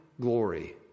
glory